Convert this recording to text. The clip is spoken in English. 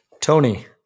Tony